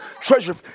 treasure